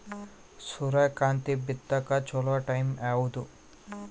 ಸೂರ್ಯಕಾಂತಿ ಬಿತ್ತಕ ಚೋಲೊ ಟೈಂ ಯಾವುದು?